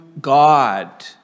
God